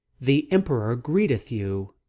the emperour greeteth you.